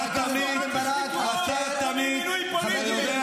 אתה עסוק רק בשחיתויות ובמינויים פוליטיים,